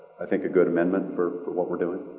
i think a good amendment for for what we're doing?